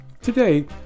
Today